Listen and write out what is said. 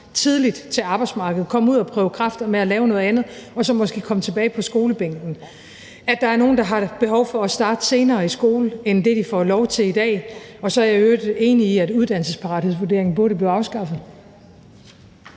kontakt til arbejdsmarkedet, komme ud og prøve kræfter med at lave noget andet og så måske komme tilbage på skolebænken, og at der er nogle, der har et behov for at starte senere i skole end det, de får lov til i dag. Og så er jeg i øvrigt enig i, at uddannelsesparathedsvurderingen burde blive afskaffet.